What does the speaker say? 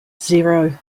zero